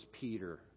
Peter